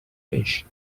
fish